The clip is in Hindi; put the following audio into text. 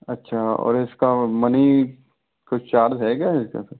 अच्छा और इसका मनी कोई चार्ज है क्या इसका